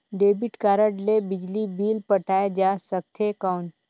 Debit card ले बिजली bill पटाय जा सकथे कौन?